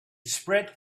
spread